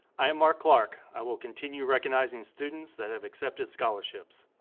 i am mark clark. i will continue recognizing students that have accepted scholarships.